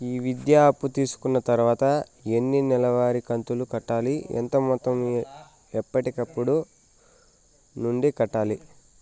ఈ విద్యా అప్పు తీసుకున్న తర్వాత ఎన్ని నెలవారి కంతులు కట్టాలి? ఎంత మొత్తం ఎప్పటికప్పుడు నుండి కట్టాలి?